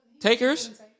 Takers